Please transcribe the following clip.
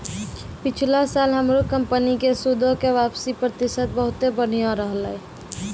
पिछला साल हमरो कंपनी के सूदो के वापसी प्रतिशत बहुते बढ़िया रहलै